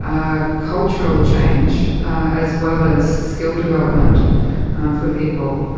cultural change as well as skill development for people.